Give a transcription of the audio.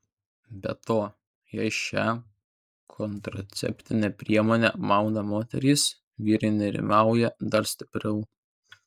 be to jei šią kontraceptinę priemonę mauna moteris vyrai nerimauja dar stipriau